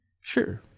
Sure